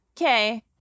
Okay